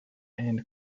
end